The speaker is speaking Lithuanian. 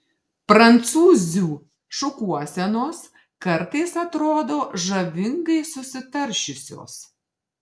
prancūzių šukuosenos kartais atrodo žavingai susitaršiusios